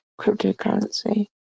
cryptocurrency